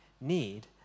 need